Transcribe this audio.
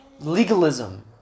legalism